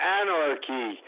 anarchy